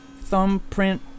thumbprint